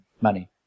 money